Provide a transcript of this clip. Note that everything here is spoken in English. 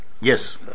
Yes